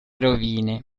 rovine